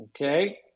Okay